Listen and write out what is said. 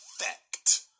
effect